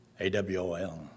AWOL